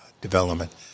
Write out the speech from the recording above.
development